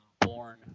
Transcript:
born